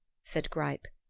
said greip.